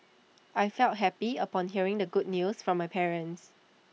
I felt happy upon hearing the good news from my parents